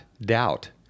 doubt